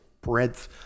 breadth